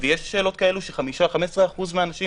ויש שאלות כאלה ש-15% מהאנשים